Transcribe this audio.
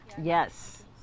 Yes